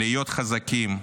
להיות חזקים,